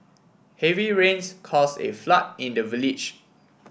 heavy rains caused a flood in the village